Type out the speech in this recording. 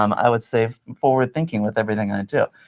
um i would say, forward-thinking with everything i do.